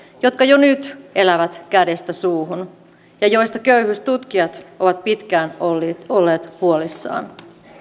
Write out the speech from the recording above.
jotka jo nyt elävät kädestä suuhun ja joista köyhyystutkijat ovat pitkään olleet olleet huolissaan